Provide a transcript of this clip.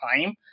time